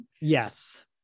Yes